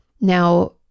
Now